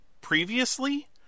previously